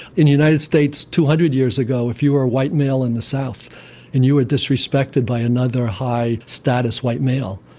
in the united states two hundred years ago if you were a white male in the south and you were disrespected by another high status white male,